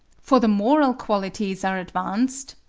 for the moral qualities are advanced,